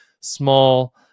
small